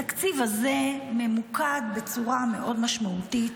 התקציב הזה ממוקד בצורה מאוד משמעותית